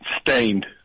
Stained